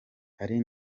hari